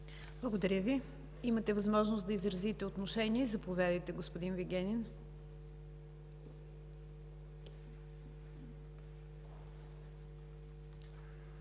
Благодаря Ви. Имате възможност да изразите отношение – заповядайте, господин Вигенин.